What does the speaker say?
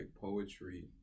poetry